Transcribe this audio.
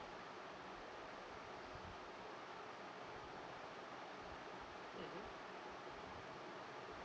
mm